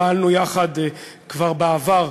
פעלנו יחד כבר בעבר,